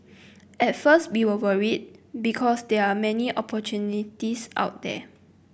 at first be we were worried because there are many opportunities out there